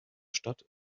stadt